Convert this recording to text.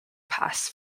pass